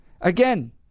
Again